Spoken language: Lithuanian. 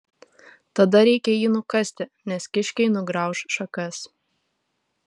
tada reikia jį nukasti nes kiškiai nugrauš šakas